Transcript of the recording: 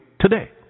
today